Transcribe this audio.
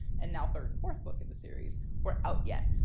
and now third and fourth book in the series, were out yet.